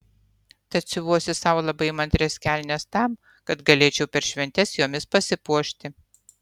tad siuvuosi sau labai įmantrias kelnes tam kad galėčiau per šventes jomis pasipuošti